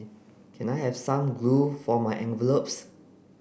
can I have some glue for my envelopes